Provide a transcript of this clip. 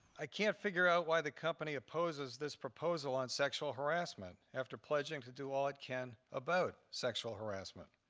i can't figure out why the company opposes this proposal on sexual harassment after pledging to do all it can about sexual harassment.